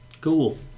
Cool